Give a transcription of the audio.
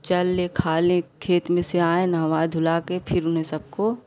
चल लें खा लें खेत में से आएँ नहवा धुला के फिर उन्हें सबको